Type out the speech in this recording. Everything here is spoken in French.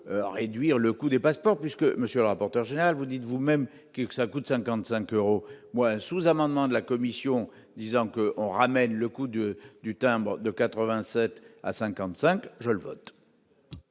réduire le coût des passeports, puisque monsieur le rapporteur général, vous dites vous-même que ça coûte 55 euros ou un sous-amendement de la commission disant qu'on ramène le coup du du timbre de 87 à 55 je le vote.